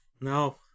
No